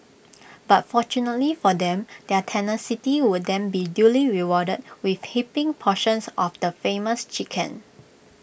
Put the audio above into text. but fortunately for them their tenacity would then be duly rewarded with heaping portions of the famous chicken